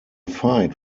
fight